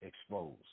exposed